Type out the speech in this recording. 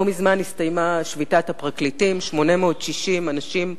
לא מזמן הסתיימה שביתת הפרקליטים: 860 אנשים מוכשרים,